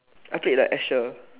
I played the Asher